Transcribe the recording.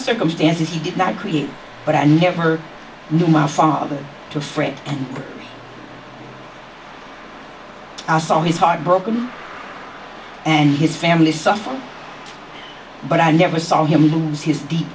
circumstances he did not create but i never knew my father too afraid i saw his heart broken and his family suffer but i never saw him lose his deep